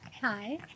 Hi